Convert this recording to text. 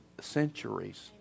centuries